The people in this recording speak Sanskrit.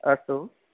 अस्तु